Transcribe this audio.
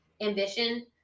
ambition